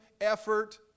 effort